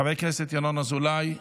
חבר הכנסת ינון אזולאי,